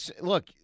Look